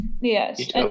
yes